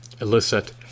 elicit